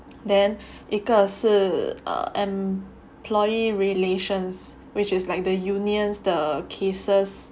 then 一个是 um employee relations which is like the unions the cases